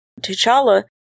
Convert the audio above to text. T'Challa